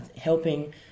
helping